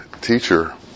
teacher